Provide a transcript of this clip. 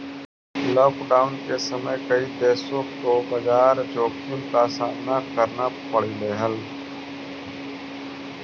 lockdown के समय कई देशों को बाजार जोखिम का सामना करना पड़लई हल